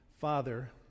Father